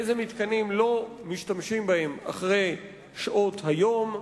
אילו מתקנים לא משתמשים בהם אחרי שעות היום.